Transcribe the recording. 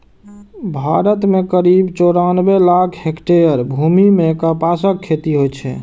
भारत मे करीब चौरानबे लाख हेक्टेयर भूमि मे कपासक खेती होइ छै